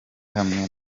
hamwe